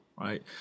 right